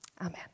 Amen